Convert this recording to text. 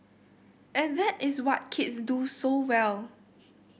and that is what kids do so well